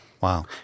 Wow